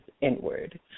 inward